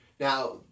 Now